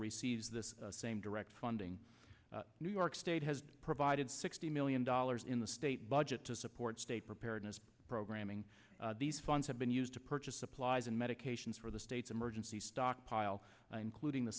receives the same direct funding new york state has provided sixty million dollars in the state budget to support state preparedness programming these funds have been used to purchase supplies and medications for the state's emergency stockpile including the